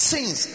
Sins